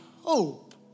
hope